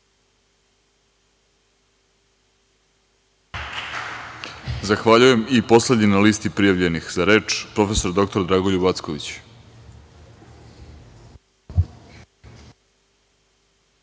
Zahvaljujem. Poslednji na listi prijavljenih za reč, prof. dr Dragoljub Acković.